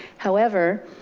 however,